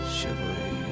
Chivalry